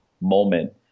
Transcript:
moment